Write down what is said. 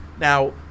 Now